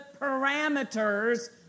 parameters